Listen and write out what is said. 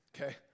okay